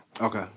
Okay